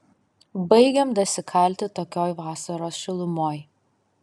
baigiam dasikalti tokioj vasaros šilumoj